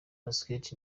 busquets